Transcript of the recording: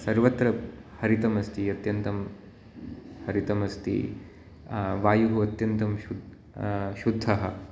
सर्वत्र हरितम् अस्ति अत्यन्तं हरितम् अस्ति वायुः अत्यन्तं शुद् शुद्धः